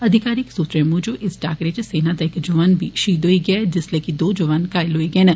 अधिकारिक सूत्रे मुजब इस टाकरे च सेना दा इक जौआन बी शहीद होआ ऐ जिस्सले कि दो जोआन घायल होई गे न